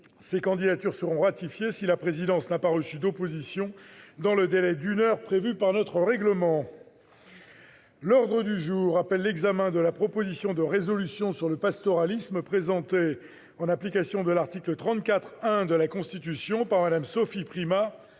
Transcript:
Ces candidatures seront ratifiées si la présidence n'a pas reçu d'opposition dans le délai d'une heure prévu par notre règlement. L'ordre du jour appelle l'examen de la proposition de résolution sur le pastoralisme présentée, en application de l'article 34-1 de la Constitution, par Mme Sophie Primas